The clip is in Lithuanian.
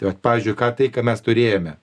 tai vat pavyzdžiui ką tai ką mes turėjome